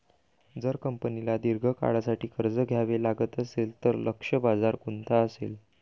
जर कंपनीला दीर्घ काळासाठी कर्ज घ्यावे लागत असेल, तर लक्ष्य बाजार कोणता असेल?